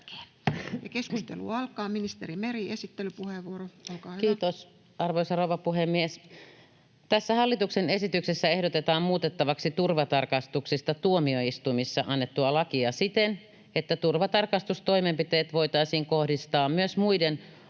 muuttamisesta Time: 17:08 Content: Kiitos, arvoisa rouva puhemies! Tässä hallituksen esityksessä ehdotetaan muutettavaksi turvatarkastuksista tuomioistuimissa annettua lakia siten, että turvatarkastustoimenpiteet voitaisiin kohdistaa myös muiden oikeushallinnon